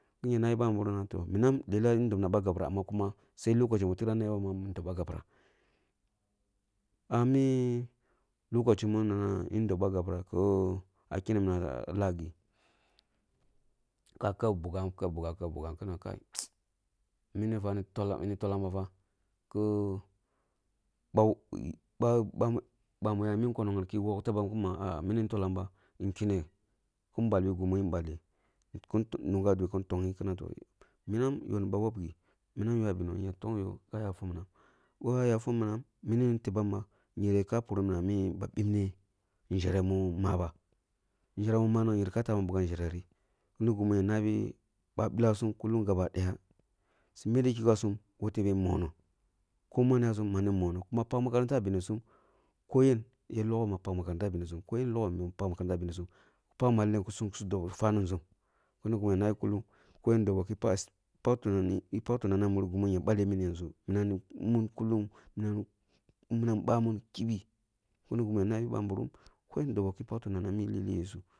Kini na ya nabi bamogho na lelah yín dobna ba gapirah amma kuma sai lokaci mi tiram nebam ma dob ba gapīrah. Ah mi lokaci mi ma dob ba gapira ka keb bugham ka keb bugham keb bugham ki nana kaī munifa ni tolam bafa ki bah bah bah mī ya mi konong di ki who tibam ki na ma mini ni tolam ba ki kene kin balbi gimin balli kin dunga dwe kin tohgyi kina toh, minam yoh ni ba tangi minam eh yoh biroh kin tong yoh na toh, yohni ba wogi minam ywa benoh ehn yer tong yoh ka yafi minam boh ah yafo minam, mīn ni tebam ba ehn yereh ka puri minam ah mi ba bipne nʒereh mi maba nʒereh mi manang ehn yereh ka tabam wureh nʒerehni mini gini ya nabi balasum kulung gaba daya, su meti kigasum ko tebe monoh, ko manasum nama ni monoh kuna pak makaranta ah benisum koyen bi logh ni yer pak makaranta ah bensum koyen logho na yer pak makaranta ah bensum, pak maleng kisu fanī nʒum, kini gimi ya nabi balasum kulung, koyen doboh ki pak tunani bi pak tunani ah mure gimin ya baleh mono mimi yanʒu, minam ni mun kulung, kyen doboh ki oak tunani bi pak tunani ah more gimin ya baleh mono mimi yanʒu minam ni mun kulung, minam ni bamun kibi, mini gini ya nabi babirum koyen ki doboh ki pak tunani ah mi lileh mune yesu.